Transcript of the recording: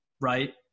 right